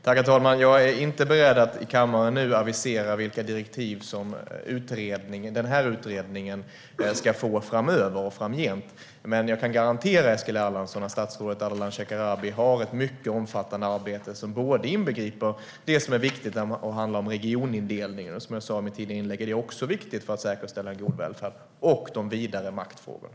Herr talman! Jag är inte beredd att nu i kammaren avisera vilka direktiv som den här utredningen ska få framöver, men jag kan garantera Eskil Erlandsson att statsrådet Ardalan Shekarabi har ett mycket omfattande arbete som inbegriper det som är viktigt när det gäller regionindelningen. Som jag sa i mitt tidigare inlägg är det också viktigt för att säkerställa en god välfärd och de vidare maktfrågorna.